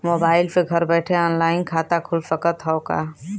Mobile से घर बैठे ऑनलाइन खाता खुल सकत हव का?